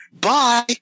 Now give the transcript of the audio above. Bye